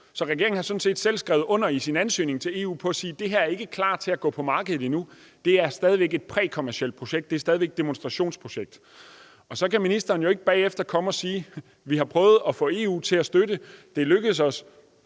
ansøgning til EU sådan set selv skrevet under på, at det her ikke er klart til at komme på markedet endnu, at det stadig væk er et prækommercielt projekt, at det stadig væk er et demonstrationsprojekt. Så kan ministeren jo ikke bagefter komme og sige: Vi har prøvet at få EU til at støtte det, og det lykkedes os